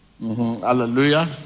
Hallelujah